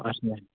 اَچھا